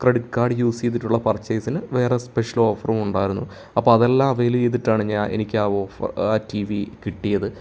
credit card use ചെയ്തിട്ടുള്ള പർച്ചേസിന് വേറെ സ്പെഷ്യൽ ഓഫറും ഉണ്ടായിരുന്നു അപ്പം അതെല്ലാം അവെയിൽ ചെയ്തിട്ടാണ് ഞാൻ എനിക്ക് ആ ഓഫർ ആ ടി വി കിട്ടിയത്